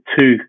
two